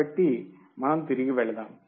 కాబట్టి మనం తిరిగి వెళ్దాం